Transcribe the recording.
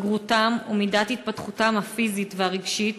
בגרותם ומידת התפתחותם הפיזית והרגשית,